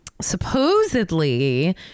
supposedly